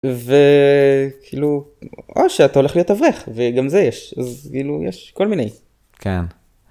וכאילו או שאתה הולך לתווך וגם זה יש כאילו יש כל מיני.